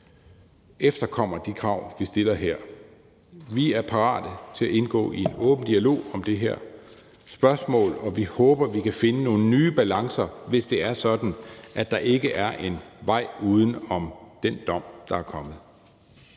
efterkommer de krav, vi stiller her. Vi er parate til at indgå i en åben dialog om det her spørgsmål, og vi håber, vi kan finde nogle nye balancer, hvis det er sådan, at der ikke er en vej uden om den dom, der er kommet.